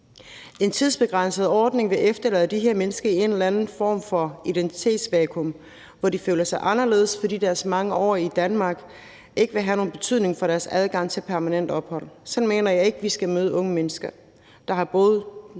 En tidsbegrænset ordning vil efterlade de her mennesker i en eller anden form for identitetsvakuum, hvor de føler sig anderledes, fordi deres mange år i Danmark ikke vil have nogen betydning for deres adgang til permanent ophold. Sådan mener jeg ikke at vi skal møde unge mennesker, der har boet